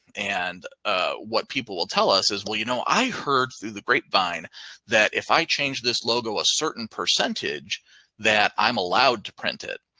and ah what people will tell us is, well, you know i heard through the grapevine that if i change this logo a certain percentage that i'm allowed to print it.